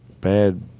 bad